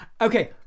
Okay